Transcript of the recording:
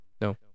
No